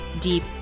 deep